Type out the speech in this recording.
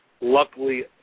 Luckily